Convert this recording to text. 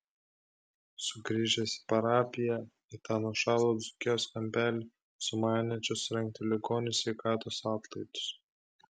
sugrįžęs į parapiją į tą nuošalų dzūkijos kampelį sumanė čia surengti ligonių sveikatos atlaidus